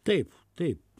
taip taip